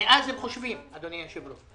מאז הם חושבים, אדוני היושב-ראש.